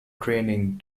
training